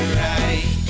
right